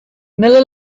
miller